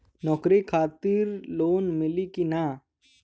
नौकरी खातिर लोन मिली की ना?